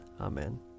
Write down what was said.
Amen